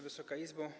Wysoka Izbo!